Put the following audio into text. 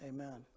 Amen